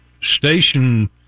station